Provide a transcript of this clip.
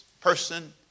person